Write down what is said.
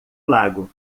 lago